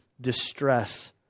distress